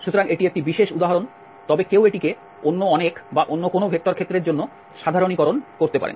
সুতরাং এটি একটি বিশেষ উদাহরণ তবে কেউ এটিকে অন্য অনেক বা অন্য কোনও ভেক্টর ক্ষেত্রের জন্য সাধারণীকরণ করতে পারে